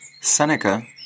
Seneca